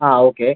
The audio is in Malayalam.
ആ ഓക്കെ